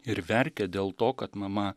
ir verkia dėl to kad mama